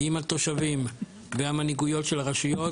עם התושבים והמנהיגויות של הרשויות,